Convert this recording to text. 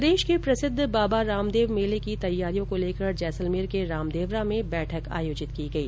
प्रदेश के प्रसिद्ध बाबा रामदेव मेले की तैयारियों को लेकर जैसलमेर के रामदेवरा में बैठक आयोजित की गई